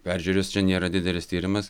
peržiūrėjus čia nėra didelis tyrimas